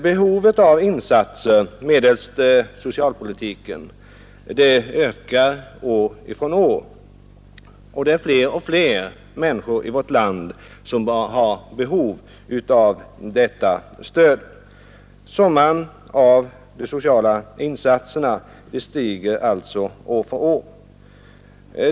Behovet av insatser medelst socialpolitiken ökar år från år, och det är fler och fler människor i vårt land som har behov av detta stöd. Summan av de sociala insatserna stiger alltså år från år.